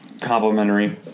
complimentary